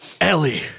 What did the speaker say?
Ellie